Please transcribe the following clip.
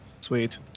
Sweet